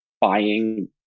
buying